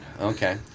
Okay